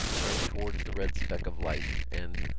turned towards the red speck of light and,